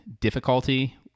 difficulty